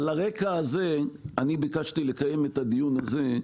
על הרקע הזה ביקשתי לקיים את הדיון הזה,